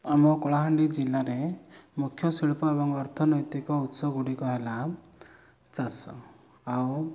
ଆମ କଳାହାଣ୍ଡି ଜିଲ୍ଲାରେ ମୁଖ୍ୟ ଶିଳ୍ପ ଏବଂ ଅର୍ଥନୈତିକ ଉତ୍ସଗୁଡ଼ିକ ହେଲା ଚାଷ ଆଉ